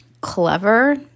clever